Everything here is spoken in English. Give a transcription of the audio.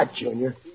Junior